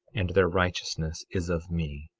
and their righteousness is of me,